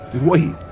wait